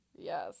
Yes